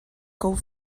cold